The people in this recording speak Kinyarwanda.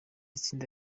tsinda